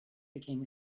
became